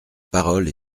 parole